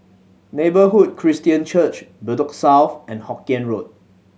Neighbourhood Christian Church Bedok South and Hokien Road